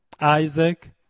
Isaac